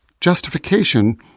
Justification